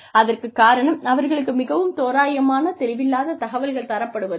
அதற்குக் காரணம் அவர்களுக்கு மிகவும் தோராயமான தெளிவில்லாத தகவல்கள் தரப்படுவது தான்